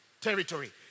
territory